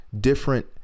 different